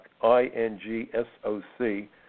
I-N-G-S-O-C